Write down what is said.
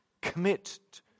Commit